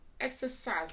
exercise